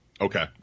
okay